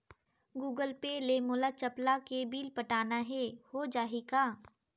Google Pay ले मोल चपला के बिल पटाना हे, हो जाही का?